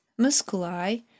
musculi